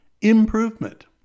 Improvement